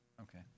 okay